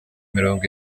mirongo